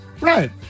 Right